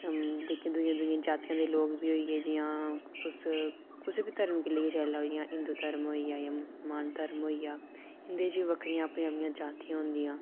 जेह्कियां दूइयें दूइयें जातियें दे लोक बी होई गे जियां कुसै बी धर्म गी लेइयै चली लैओ जि'यां हिंदु धर्म होइआ जां मुसलमान धर्म होइआ इं'दे च बक्खरी अपनियां अपनियां जातियां होंदियां